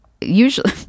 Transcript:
usually